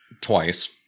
Twice